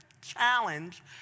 challenge